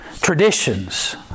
traditions